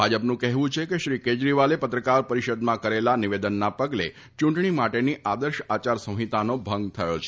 ભાજપનું કહેવું છે કે શ્રી કેજરીવાલે પત્રકાર પરિષદમાં કરેલા નિવેદનના પગલે ચૂંટણી માટેની આદર્શ આચાર સંહિતાનો ભંગ થયો છે